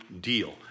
Deal